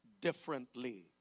differently